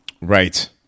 right